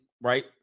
right